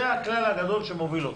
זה הכלל הגדול שמוביל אותך.